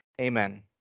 Amen